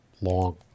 long